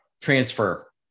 transfer